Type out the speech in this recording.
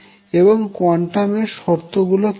এবং কোয়ান্টাম এর শর্ত গুলি কি কি